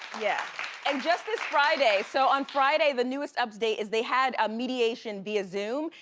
yeah and just this friday. so on friday, the newest update is they had a mediation via zoom.